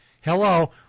hello